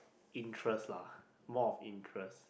interest lah more of interest